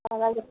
নালাগে